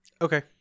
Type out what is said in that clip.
okay